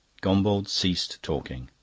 gombauld ceased talking,